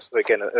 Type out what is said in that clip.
again